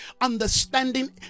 understanding